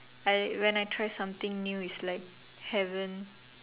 like when I try something new is like heaven